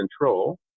control